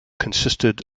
consisted